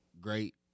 great